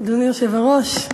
אדוני היושב-ראש,